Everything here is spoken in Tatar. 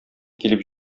килеп